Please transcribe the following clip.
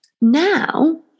Now